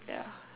ya